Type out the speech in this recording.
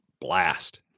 blast